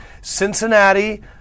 Cincinnati